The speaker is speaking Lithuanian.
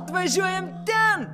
važiuojam ten